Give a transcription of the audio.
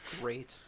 great